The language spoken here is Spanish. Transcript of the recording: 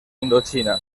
indochina